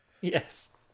Yes